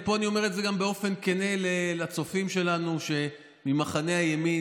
ופה אני אומר את זה גם באופן כן לצופים שלנו שממחנה הימין,